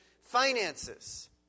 finances